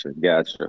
gotcha